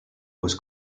was